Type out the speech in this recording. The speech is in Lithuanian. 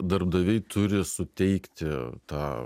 darbdaviai turi suteikti tą